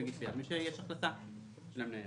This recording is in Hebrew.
זה לא מי שמגיש תביעה, זה מי שיש החלטה של המנהל.